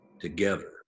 together